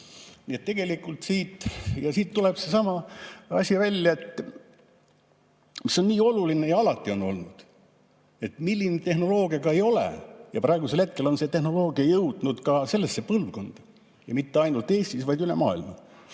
et tegelikult siit tuleb seesama asi välja, et see on nii oluline ja alati on olnud, et milline tehnoloogia ka ei ole – ja praegusel hetkel on see tehnoloogia jõudnud ka sellesse põlvkonda ja mitte ainult Eestis, vaid üle maailma